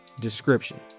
description